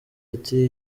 ati